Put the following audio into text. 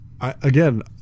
Again